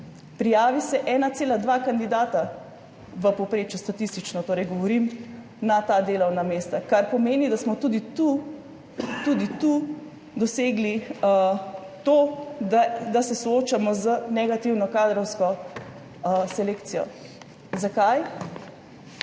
prijavi se 1,2 kandidata v povprečju, statistično, torej govorim na ta delovna mesta, kar pomeni, da smo tudi tu dosegli to, da se soočamo z negativno kadrovsko selekcijo. Zakaj?